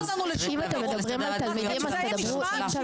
אם אתם מדברים על תלמידים, תדברו עם תלמידים.